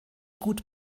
gut